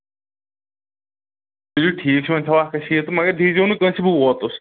ؤلِوٗ ٹھیٖکھ چھُ وۄنۍ تھاوو اکھ ہتھ شیٖتھ مگر دیٖزیٚو نہٕ کأنٛسی بہٕ ووتُس